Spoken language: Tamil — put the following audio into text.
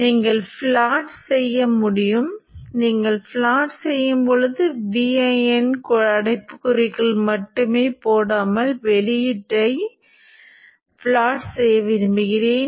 எனவே இந்த ஃப்ரீவீலிங் சர்க்யூட் மூலம் காந்தமாக்கும் பகுதி இப்படித்தான் இயங்குகிறது